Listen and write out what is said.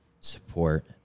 support